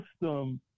system